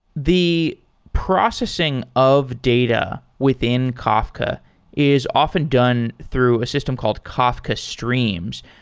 the processing of data within kafka is often done through a system called kafka streams.